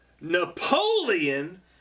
Napoleon